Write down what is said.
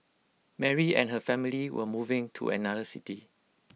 Mary and her family were moving to another city